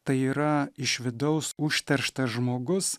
tai yra iš vidaus užterštas žmogus